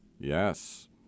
yes